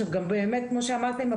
באמת כמו שאמרתם.